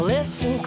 Listen